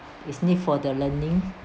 his need for the learning